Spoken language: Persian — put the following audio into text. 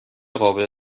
قابل